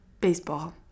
baseball